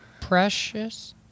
precious